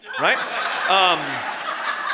right